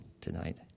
tonight